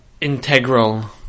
integral